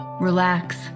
Relax